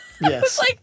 Yes